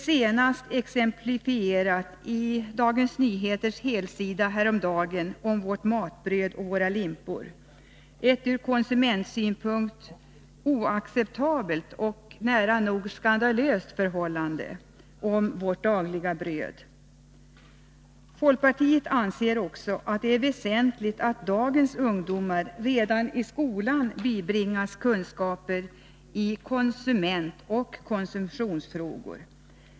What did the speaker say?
Senast exemplifierat var detta i Dagens Nyheters helsida häromdagen om vårt matbröd och våra limpor, där det redovisades ett ur konsumentsynpunkt oacceptabelt förhållande beträffande vårt dagliga bröd. Folkpartiet anser att det är väsentligt att dagens ungdomar redan i skolan bibringas kunskaper i konsumentoch konsumtionsfrågor.